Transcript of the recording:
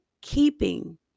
keeping